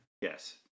Yes